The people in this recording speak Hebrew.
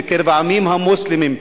בקרב העמים המוסלמיים.